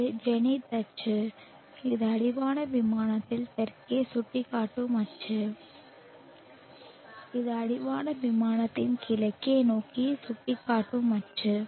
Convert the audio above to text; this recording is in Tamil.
இது ஜெனித் அச்சு இது அடிவான விமானத்தில் தெற்கே சுட்டிக்காட்டும் அச்சு இது அடிவான விமானத்தில் கிழக்கு நோக்கி சுட்டிக்காட்டும் அச்சு